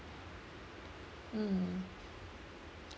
mm